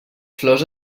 flors